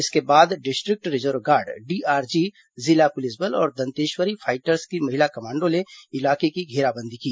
इसके बाद district reserve guard DRG जिला पुलिस बल और दंतेश्वरी फाइटर्स की महिला कमांडो ने इलाके की घेराबंदी की